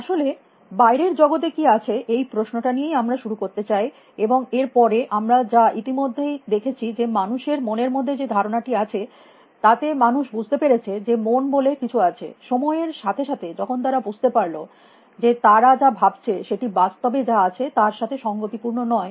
আসলে বাইরের জগতে কী আছে এই প্রশ্নটা নিয়েই আমরা শুরু করতে চাই এবং এর পরে আমরা যা ইতিমধ্যেই দেখেছি যে মানুষের মনের মধ্যে যে ধারণাটি আছে তাতে মানুষ বুঝতে পেরেছে যে মন বলে কিছু আছে সময়ের সাথে সাথে যখন তারা বুঝতে পারল যে তারা যা ভাবছে সেটি বাস্তবে যা আছে তার সাথে সংগতিপূর্ণ নয়